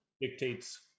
dictates